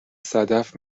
صدف